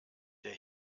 der